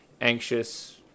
anxious